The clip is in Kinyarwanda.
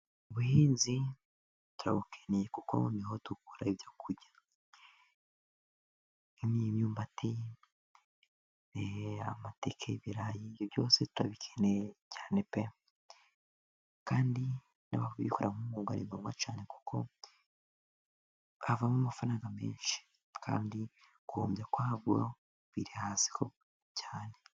Ubuhinzi turabukeneye kuko noneho dukora ibyo kurya n'imyumbati, amateke, ibirayi. Ibyo byose turabikeneye cyane pe! Kandi n'ababikoramo umwuga ntabagorwa cyane kuko buvamo amafaranga menshi, kandi guhombya kwabwo biri hasi cyane.